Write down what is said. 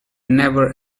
never